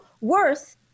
worth